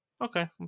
okay